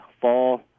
Fall